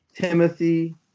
Timothy